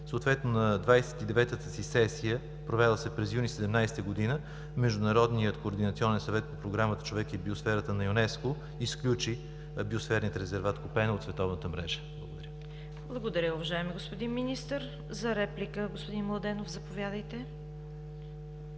съответно на 29-ата си сесия, провела се през юни 2017 г. Международният координационен съвет по Програмата „Човекът и биосферата“ на ЮНЕСКО изключи Биосферният резерват „Купена“ от световната мрежа. Благодаря. ПРЕДСЕДАТЕЛ ЦВЕТА КАРАЯНЧЕВА: Благодаря, уважаеми господин Министър. За реплика, господин Младенов, заповядайте.